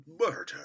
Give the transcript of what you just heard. Murder